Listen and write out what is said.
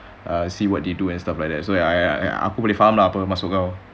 see what they do and stuff like so ah ya aku boleh faham lah apa maksud kau